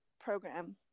program